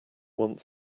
want